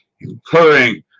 Including